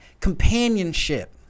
companionship